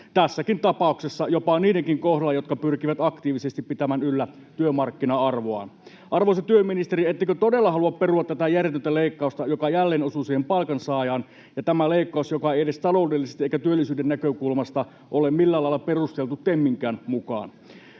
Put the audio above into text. tässäkin tapauksessa jopa niidenkin kohdalla, jotka pyrkivät aktiivisesti pitämään yllä työmarkkina-arvoaan. Arvoisa työministeri, ettekö todella halua perua tätä järjetöntä leikkausta, joka jälleen osuu siihen palkansaajaan, tätä leikkausta, joka ei edes taloudellisesti eikä työllisyyden näkökulmasta ole millään lailla perusteltu TEMinkään mukaan?